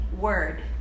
word